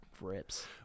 rips